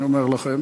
אני אומר לכם